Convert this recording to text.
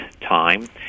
time